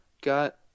got